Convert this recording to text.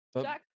Jack